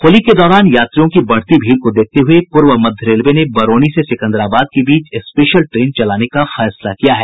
होली के दौरान यात्रियों की बढ़ती भीड़ को देखते हुये पूर्व मध्य रेलवे ने बरौनी से सिकंदराबाद के बीच स्पेशल ट्रेन चलाने का फैसला किया है